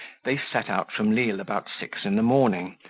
they set out from lisle about six in the morning,